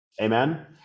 Amen